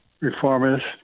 reformist